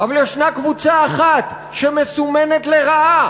אבל ישנה קבוצה אחת שמסומנת לרעה,